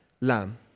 lamb